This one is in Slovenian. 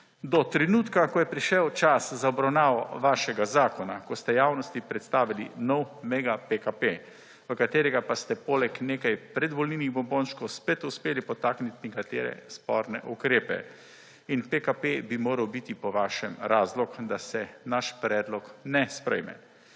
do trenutka, ko je prišel čas za obravnavo vašega zakona, ko ste javnosti predstavili nov mega PKP, v katerega pa ste poleg nekaj predvolilnih bombončkov spet uspeli potakniti nekatere sporne ukrepe in PKP bi moral biti po vašem razlog, da se naš predlog ne sprejme.